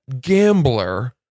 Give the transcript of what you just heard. gambler